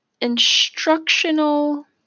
instructional